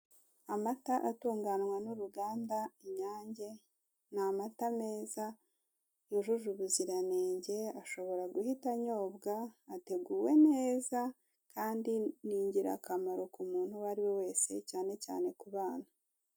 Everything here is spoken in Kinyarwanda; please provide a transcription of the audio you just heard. Amata atunganywa n'uruganda Inyange, ni amata meza yujuje ubuziranenge ashobora guhita anyobwa, ateguwe neza kandi ni ingirakamaro ku muntu uwo ari we wese cyane cyane ku bana.